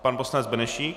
Pan poslanec Benešík.